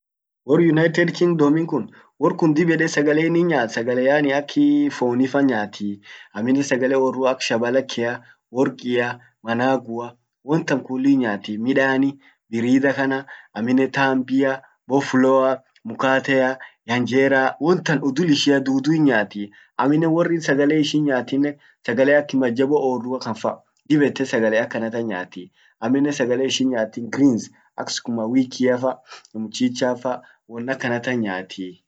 Wor United Kingdom inn kun, wor kun dib ede sagale innin nyaat sagale akii fonifa nyaati. Amminen sagale orrua ak shabalakkea, workia, manavua, won tan kulli hin nyaati. Midani, birida kana, amminen tambia, bofloa, mkatea, hanjera won tan udul ishia dudu hin nyaati amminen worrin sagale ishin nyaatinen, sagale ak majabo orrua kan fa dib ete sagale akanatan nyaati, amminen sagale ishin nyaati ak greens, sukumawikiafa, mchichafa, won akanatan nyaati.